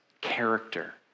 character